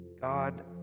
God